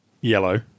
yellow